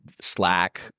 Slack